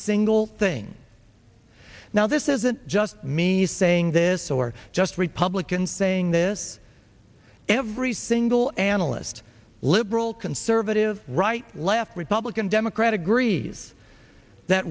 single thing now this isn't just me saying this or just republicans saying this every single analyst liberal conservative right left republican democrat agree s that